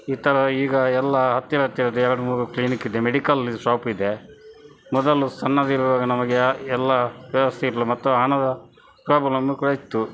ಈ ಥರ ಈಗ ಎಲ್ಲ ಹತ್ತಿರ ಹತ್ತಿರದ ಎರಡು ಮೂರು ಕ್ಲೀನಿಕ್ಕಿದೆ ಮೆಡಿಕಲ್ ಇದು ಶಾಪಿದೆ ಮೊದಲು ಸಣ್ಣದಿರುವಾಗ ನಮಗೆ ಎಲ್ಲ ವ್ಯವಸ್ಥೆ ಇರಲ್ಲ ಮತ್ತು ಹಣದ ಪ್ರಾಬ್ಲಮ್ಮು ಕೂಡ ಇತ್ತು